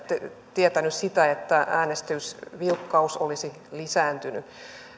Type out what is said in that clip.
tietänyt sitä että äänestysvilkkaus olisi lisääntynyt